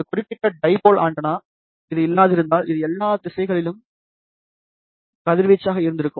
இந்த குறிப்பிட்ட dipole antenna இது இல்லாதிருந்தால் அது எல்லா திசையிலும் கதிர்வீச்சாக இருந்திருக்கும்